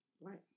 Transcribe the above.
Right